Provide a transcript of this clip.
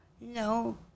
No